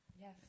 Yes